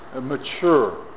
mature